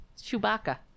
Chewbacca